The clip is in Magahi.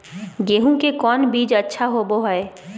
गेंहू के कौन बीज अच्छा होबो हाय?